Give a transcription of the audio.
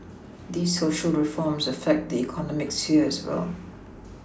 these Social reforms affect the economic sphere as well